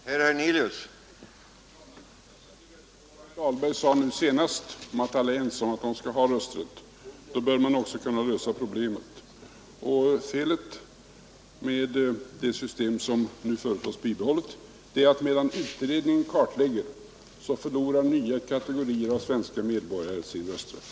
Herr talman! Jag satte värde på vad herr Dahlberg sade nu senast, nämligen att alla är ense om att utlandssvenskarna skall ha rösträtt. Då bör man också kunna lösa problemet. Felet med det system som nu föreslås bibehållet är att medan utredningen kartlägger förlorar nya kategorier av svenska medborgare sin rösträtt.